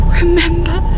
remember